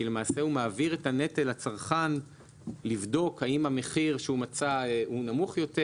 כי הוא מעביר את הנטל לצרכן לבדוק האם המחיר שהוא מצא הוא נמוך יותר,